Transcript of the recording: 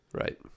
Right